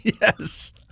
yes